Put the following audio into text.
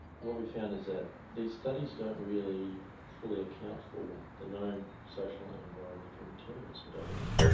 what we found is that these studies don't really fully account for the known social and environmental determinants for diabetes.